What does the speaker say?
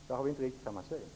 Där har vi inte riktigt samma syn.